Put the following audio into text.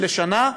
לשנה,